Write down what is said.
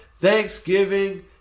thanksgiving